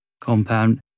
compound